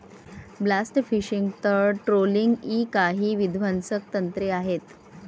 blast fishing, तळ trolling इ काही विध्वंसक तंत्रे आहेत